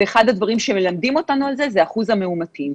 ואחד הדברים שמלמדים אותנו על זה זה אחוז המאומתים,